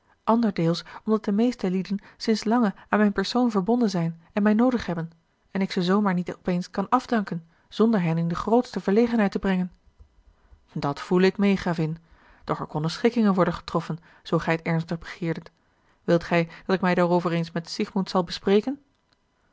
anderdeels omdat de meeste lieden sinds lange aan mijn persoon verbonden zijn en mij noodig hebben en ik ze zoo maar niet op eens kan afdanken zonder hen in de grootste verlegenheid te brengen at voele ik meê gravin doch er konnen schikkingen worden getroffen zoo gij het ernstig begeerdet wilt gij dat ik mij daarover eens met siegmond zal bespreken